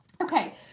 Okay